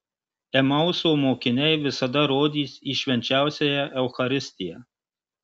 emauso mokiniai visada rodys į švenčiausiąją eucharistiją